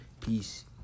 Peace